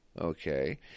Okay